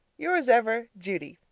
yours ever, judy